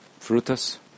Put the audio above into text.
frutas